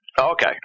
Okay